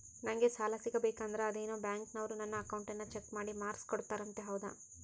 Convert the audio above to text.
ನಂಗೆ ಸಾಲ ಸಿಗಬೇಕಂದರ ಅದೇನೋ ಬ್ಯಾಂಕನವರು ನನ್ನ ಅಕೌಂಟನ್ನ ಚೆಕ್ ಮಾಡಿ ಮಾರ್ಕ್ಸ್ ಕೊಡ್ತಾರಂತೆ ಹೌದಾ?